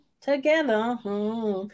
together